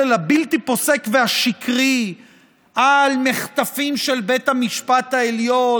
הבלתי-פוסק והשקרי על מחטפים של בית המשפט העליון,